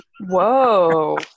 Whoa